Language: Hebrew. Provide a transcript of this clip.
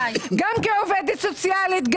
גם כעובדת סוציאלית,